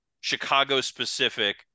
Chicago-specific